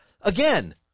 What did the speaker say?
again